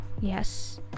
yes